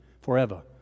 forever